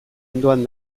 ondoan